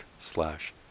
slash